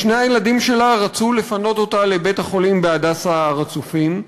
שני הילדים שלה רצו לפנות אותה לבית-החולים "הדסה הר-הצופים",